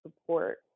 support